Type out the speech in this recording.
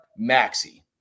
Maxi